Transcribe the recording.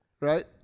right